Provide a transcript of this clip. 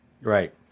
Right